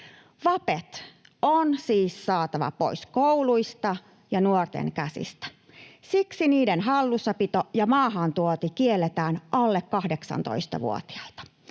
Vapet on siis saatava pois kouluista ja nuorten käsistä. Siksi niiden hallussapito ja maahantuonti kielletään alle 18-vuotiailta.